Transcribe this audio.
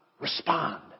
respond